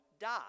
dot